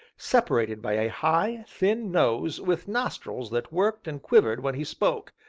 separated by a high, thin nose with nostrils that worked and quivered when he spoke,